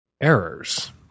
errors